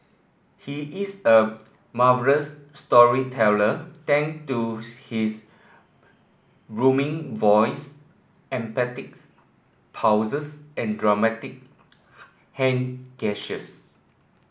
he is a marvellous storyteller thank to his booming voice emphatic pauses and dramatic hand gestures